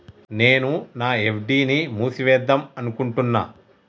నేను నా ఎఫ్.డి ని మూసివేద్దాంనుకుంటున్న